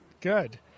Good